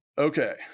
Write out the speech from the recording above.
Okay